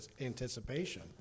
anticipation